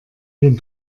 den